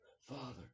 father